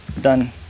Done